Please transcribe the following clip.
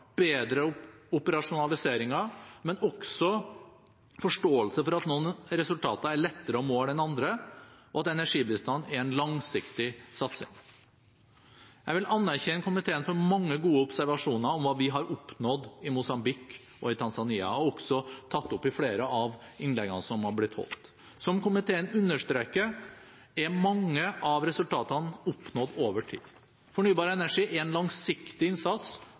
bedre operasjonaliseringer, men også forståelse for at noen resultater er lettere å måle enn andre, og at energibistand er en langsiktig satsing. Jeg vil anerkjenne komiteen for mange gode observasjoner om hva vi har oppnådd i Mosambik og i Tanzania. Det har også blitt tatt opp i flere av innleggene som har blitt holdt. Som komiteen understreker, er mange av resultatene oppnådd over tid. Fornybar energi er en langsiktig innsats,